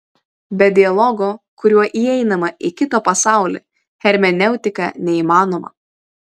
be dialogo kuriuo įeinama į kito pasaulį hermeneutika neįmanoma